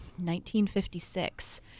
1956